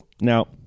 Now